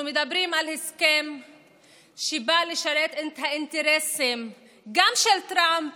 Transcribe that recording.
אנחנו מדברים על הסכם שבא לשרת את האינטרסים גם של טראמפ,